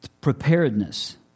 preparedness